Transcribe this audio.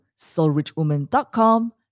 soulrichwoman.com